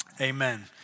amen